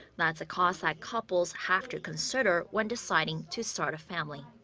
that's a cost that couples have to consider when deciding to start a family.